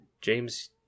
James